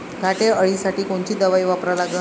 घाटे अळी साठी कोनची दवाई वापरा लागन?